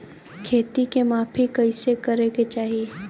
खेत के माफ़ी कईसे करें के चाही?